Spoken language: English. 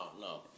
no